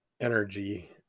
energy